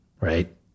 right